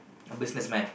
a business man